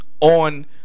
on